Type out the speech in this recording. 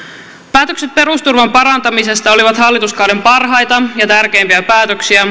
päätökset perusturvan parantamisesta olivat hallituskauden parhaita ja tärkeimpiä päätöksiä